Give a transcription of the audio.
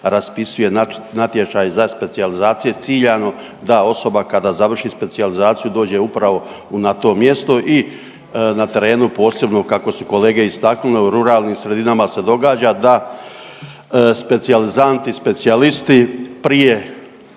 raspisuje natječaj za specijalizacije ciljano da osoba kada završi specijalizaciju dođe upravo na to mjesto i na terenu posebno kako su kolege istaknule u ruralnim sredinama se događa da specijalizanti, specijalisti prije